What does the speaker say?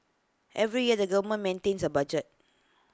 every year the government maintains A budget